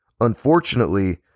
Unfortunately